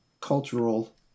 cultural